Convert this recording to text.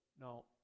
no